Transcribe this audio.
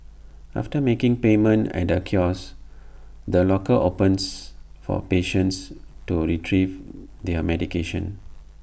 after making payment at A kiosk the locker opens for patients to Retrieve their medication